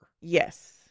Yes